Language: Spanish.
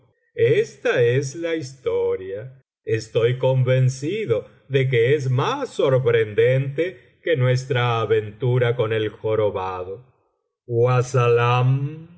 esta es la historia estoy convencido de que es más sorprendente que nuestra aventura con el jorobado